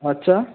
আচ্ছা